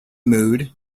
mood